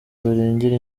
barengera